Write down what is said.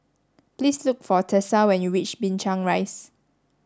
please look for Tessa when you reach Binchang Rise